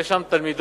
שיש שם תלמידות